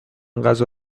غذا